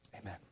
Amen